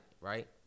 right